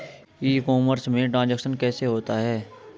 E commerce में transaction कैसे होता है?